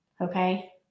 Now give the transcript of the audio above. okay